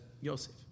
Yosef